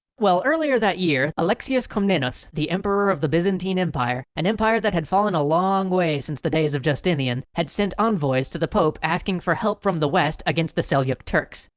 well, earlier that year, alexius comnenus, the emperor of the byzantine empire, an empire that had fallen a long way since the days of justinian, had sent envoys to the pope asking for help from the west against the seljuq turks.